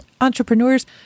entrepreneurs